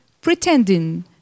pretending